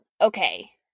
okay